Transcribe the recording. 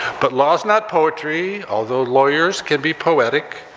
but laws, not poetry, although lawyers can be poetic,